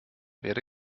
werde